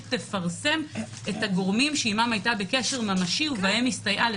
תפרסם את הגורמים שאיתם היתה בקשר ממשי ובהם הסתייעה.